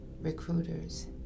Recruiters